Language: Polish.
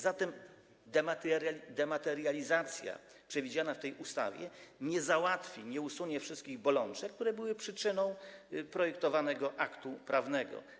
Zatem dematerializacja przewidziana w tej ustawie nie załatwi, nie usunie wszystkich bolączek, które były przyczyną projektowanego aktu prawnego.